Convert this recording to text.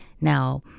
Now